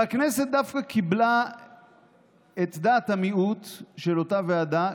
והכנסת דווקא קיבלה את דעת המיעוט של אותה ועדה,